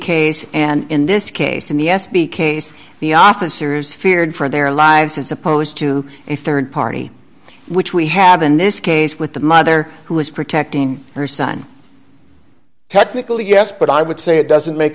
case and in this case in the s b case the officers feared for their lives and supposed to a rd party which we have in this case with the mother who was protecting her son technically yes but i would say it doesn't make